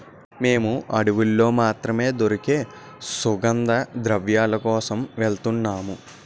మేము అడవుల్లో మాత్రమే దొరికే సుగంధద్రవ్యాల కోసం వెలుతున్నాము